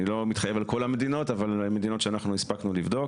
אני לא מתחייב על כל המדינות אבל מדינות שאנחנו הספקנו לבדוק